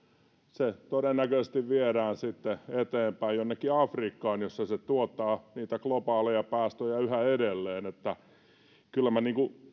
se todennäköisesti viedään sitten eteenpäin jonnekin afrikkaan jossa se tuottaa niitä globaaleja päästöjä yhä edelleen kyllä minä